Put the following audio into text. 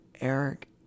Eric